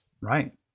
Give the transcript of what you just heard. Right